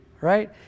right